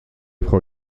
frau